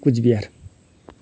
Cooch Behar